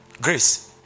Grace